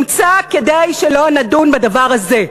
הוא הומצא כדי שלא נדון בדבר הזה.